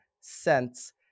cents